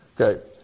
Okay